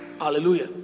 Hallelujah